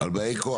על באי כוח.